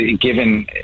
given